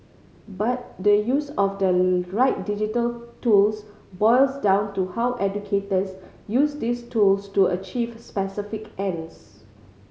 but the use of the right digital tools boils down to how educators use these tools to achieve specific ends